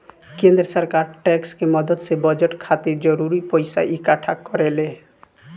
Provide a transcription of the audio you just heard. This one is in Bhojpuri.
केंद्र सरकार टैक्स के मदद से बजट खातिर जरूरी पइसा इक्कठा करेले